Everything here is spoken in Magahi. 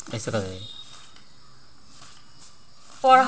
मोहितवा ने बतल कई की अमेरिका दायित्व बीमा ला सबसे बड़ा बाजार हई